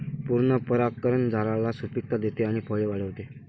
पूर्ण परागकण झाडाला सुपिकता देते आणि फळे वाढवते